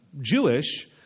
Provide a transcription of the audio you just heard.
Jewish